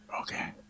Okay